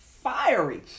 fiery